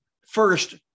first